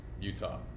Utah